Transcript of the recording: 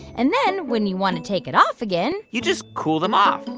and then when you want to take it off again. you just cool them off.